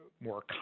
more